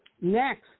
Next